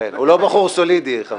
הוא לא בחור סולידי.